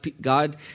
God